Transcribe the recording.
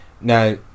Now